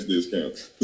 discounts